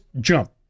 jump